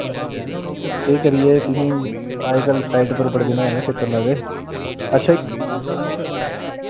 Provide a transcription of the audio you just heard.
केह् करिये तुहीं अज कल्ल साइट उप्पर बड़े दिन होए ना चक्कर लाए दे अच्छा इक